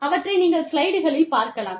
அவற்றை நீங்கள் ஸ்லைடுகளில் பார்க்கலாம்